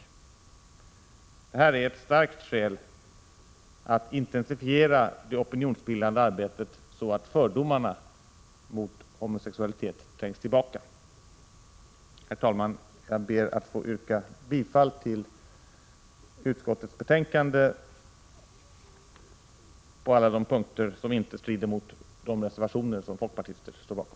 Detta är ett starkt skäl att intensifiera det oppinionsbildande arbetet så att fördomarna mot homosexualitet trängs tillbaka. Herr talman! Jag ber att få yrka bifall till utskottets betänkande på alla de punkter som inte strider mot de reservationer folkpartiet står bakom.